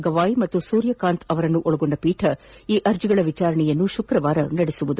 ಗವಾಯ್ ಹಾಗೂ ಸೂರ್ಯಕಾಂತ್ ಅವರನ್ನೊಳಗೊಂಡ ಪೀಠ ಈ ಅರ್ಜಿಗಳ ವಿಚಾರಣೆಯನ್ನು ಶುಕ್ರವಾರ ನಡೆಸಲಿದೆ